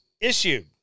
issued